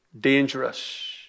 dangerous